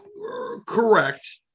correct